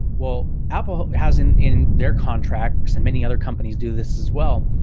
well, apple has in in their contracts, and many other companies do this as well,